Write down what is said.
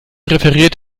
referiert